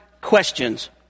questions